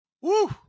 Woo